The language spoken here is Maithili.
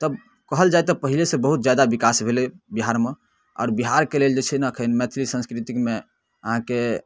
तब कहल जाए तऽ पहिलेसँ बहुत जादा विकास भेलै बिहारमे आओर बिहारके लेल जे छै ने एखन मैथिली साँस्कृतिकमे अहाँके